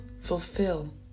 fulfill